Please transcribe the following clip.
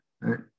right